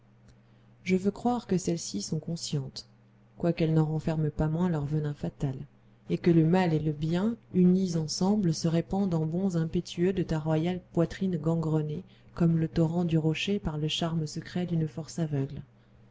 je veux croire que celles-ci sont inconscientes quoiqu'elles n'en renferment pas moins leur venin fatal et que le mal et le bien unis ensemble se répandent en bonds impétueux de ta royale poitrine gangrenée comme le torrent du rocher par le charme secret d'une force aveugle